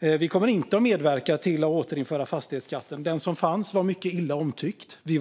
Vi kommer inte att medverka till ett återinförande av fastighetsskatten. Den som tidigare fanns var mycket illa omtyckt, och vi